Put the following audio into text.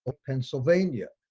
ah pennsylvania.